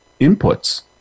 inputs